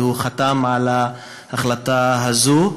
והוא חתם על ההחלטה הזאת.